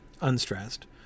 Unstressed